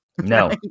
No